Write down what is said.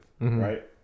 right